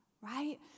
Right